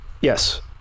Yes